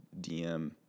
DM